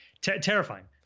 Terrifying